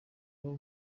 baba